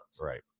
Right